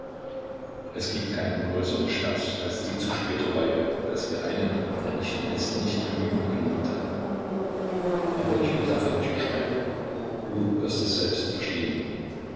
es gibt keinen größeren schmerz als die zu späte reue daß wir einen der nicht mehr ist nicht genügend geliebt haben aber ich will davon nicht schreiben du wirst es selbst verstehen